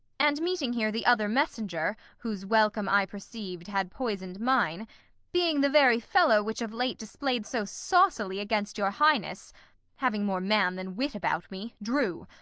and meeting here the other messenger, whose welcome i perceiv'd had poison'd mine being the very fellow which of late display'd so saucily against your highness having more man than wit about me, drew.